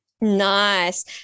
Nice